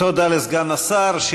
תודה לסגן השר.